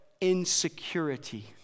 insecurity